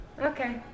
Okay